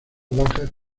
bajas